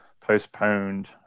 postponed